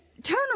Turn